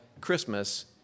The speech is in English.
Christmas